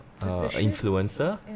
influencer